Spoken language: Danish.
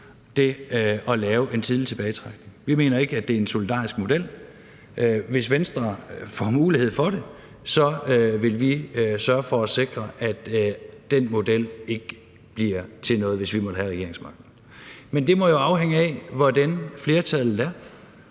gå at lave en tidlig tilbagetrækning. Vi mener ikke, at det er en solidarisk model. Hvis Venstre får mulighed for det, vil vi sørge for at sikre, at den model ikke bliver til noget, altså hvis vi måtte have regeringsmagten. Men det må jo afhænge af, hvordan flertallet er.